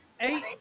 eight